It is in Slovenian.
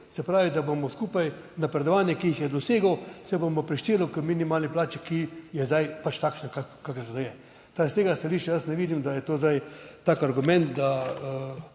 se pravi, da bomo skupaj napredovanje, ki jih je dosegel, se bo prišteli k minimalni plači, ki je zdaj pač takšna, kakršna je. S tega stališča jaz ne vidim, da je to zdaj tak argument, da